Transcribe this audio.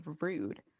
Rude